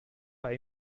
bei